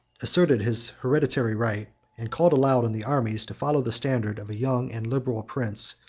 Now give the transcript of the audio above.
asserted his hereditary right, and called aloud on the armies to follow the standard of a young and liberal prince,